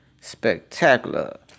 spectacular